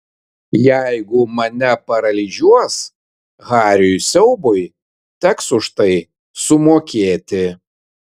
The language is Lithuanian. jeigu mane paralyžiuos hariui siaubui teks už tai sumokėti